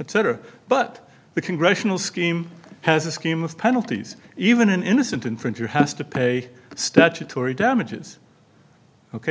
etc but the congressional scheme has a scheme of penalties even an innocent infringer has to pay statutory damages ok